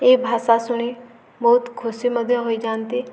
ଏ ଭାଷା ଶୁଣି ବହୁତ ଖୁସି ମଧ୍ୟ ହୋଇଯାଆନ୍ତି